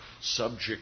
subject